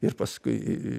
ir paskui